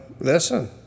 listen